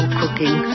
cooking